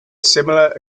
similar